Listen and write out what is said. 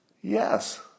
yes